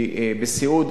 כי בסיעוד,